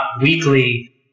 weekly